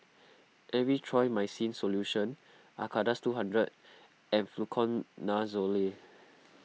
Erythroymycin Solution Acardust two hundred and Fluconazole